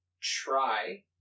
try